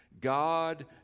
God